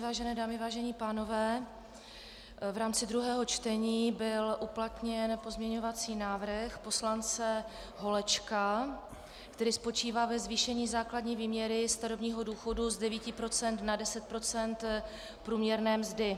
Vážené dámy, vážení pánové, v rámci druhého čtení byl uplatněn pozměňovací návrh poslance Holečka, který spočívá ve zvýšení základní výměry starobního důchodu z 9 % na 10 % průměrné mzdy.